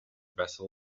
vessel